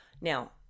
Now